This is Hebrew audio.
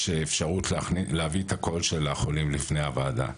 אפשרות להביא את הקול של החולים לפני הוועדה.